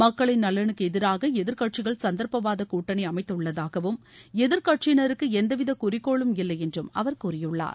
மக்களின் நலனுக்கு எதிராக எதிர்க்கட்சிகள் சந்தர்ப்பவாத கூட்டணி அமைத்துள்ளதாகவும் எதிர்க்கட்சியினருக்கு எந்தவித குறிக்கோளும் இல்லை என்றும் அவர் கூறியுள்ளார்